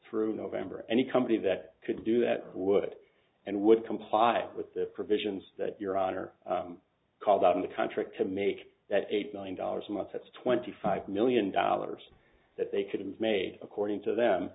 through november any company that could do that would and would comply with the provisions that your honor called out of the contract to make that eight million dollars a month that's twenty five million dollars that they could have made according to them